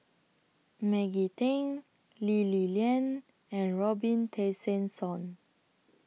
Maggie Teng Lee Li Lian and Robin Tessensohn